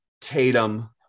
Tatum